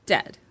Dead